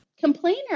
complainer